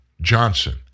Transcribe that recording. Johnson